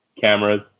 Cameras